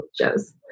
shows